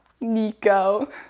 Nico